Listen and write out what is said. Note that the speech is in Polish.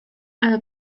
ale